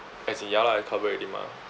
as in ya lah cover already mah